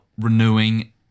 renewing